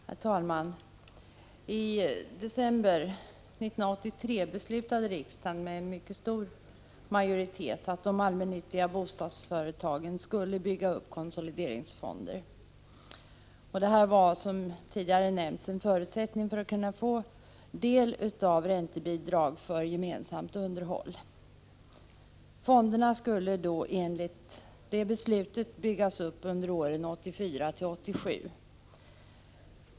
Herr talman! I december 1983 beslutade riksdagen med mycket stor majoritet att de allmännyttiga bostadsföretagen skulle bygga upp konsolideringsfonder. Detta var, som tidigare nämnts, en förutsättning för att man skulle kunna få del av räntebidrag för gemensamt underhåll. Fonderna skulle enligt detta beslut byggas upp under åren 1984-1987.